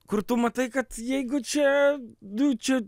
kur tu matai kad jeigu čia nu čia